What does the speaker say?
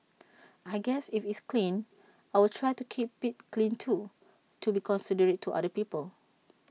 I guess if it's clean I will try to keep IT clean too to be considerate to other people